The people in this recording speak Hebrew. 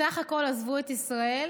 בסך הכול עזבו את ישראל